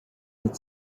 had